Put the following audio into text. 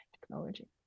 technology